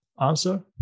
Answer